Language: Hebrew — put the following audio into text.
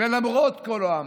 ולמרות כל האמור,